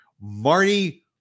Marty